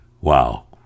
Wow